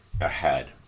ahead